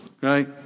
right